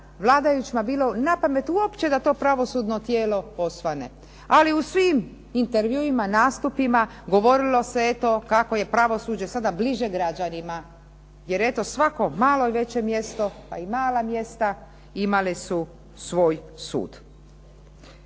vladajućima bilo na pamet uopće da to pravosudno tijelo osvane, ali u svim intervjuima, nastupima govorilo se eto kako je pravosuđe sada bliže građanima jer eto svako malo i veće mjesto, pa i mala mjesta imali su svoj sud.